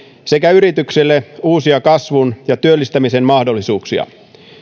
sekä yrityksille uusia kasvun ja työllistämisen mahdollisuuksia